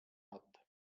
hat